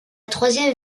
troisième